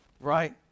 right